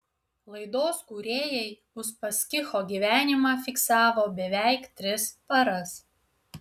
laidos kūrėjai uspaskicho gyvenimą fiksavo beveik tris paras